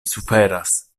suferas